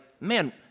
man